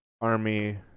army